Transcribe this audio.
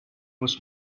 was